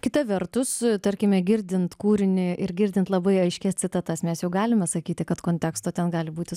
kita vertus tarkime girdint kūrinį ir girdint labai aiškias citatas mes jau galime sakyti kad konteksto ten gali būti